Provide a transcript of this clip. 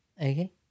okay